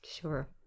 Sure